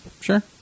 sure